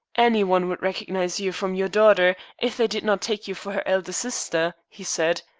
any one would recognize you from your daughter, if they did not take you for her elder sister, he said.